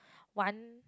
one